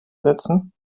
setzen